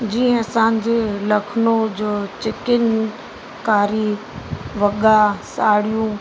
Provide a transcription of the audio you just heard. जीअं असांजे लखनऊ जो चिकिनकारी वॻा साड़ियूं